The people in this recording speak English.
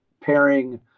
pairing